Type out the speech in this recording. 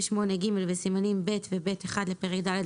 28ג' וסימנים ב' ו-ב'1 לפרק ד'